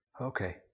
Okay